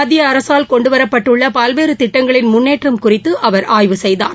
மத்திய அரசால் கொண்டுவரப்பட்டுள்ள பல்வேறு திட்டங்களின் முன்னேற்றம் குறித்து அவர் ஆய்வு செய்தார்